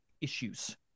issues